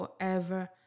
forever